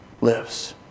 lives